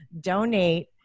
donate